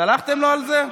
סלחתם לו על זה?